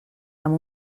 amb